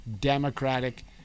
Democratic